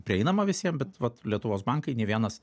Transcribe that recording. prieinama visiem bet vat lietuvos bankai nei vienas